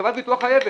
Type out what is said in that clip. חברת הביטוח חייבת.